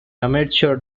amateur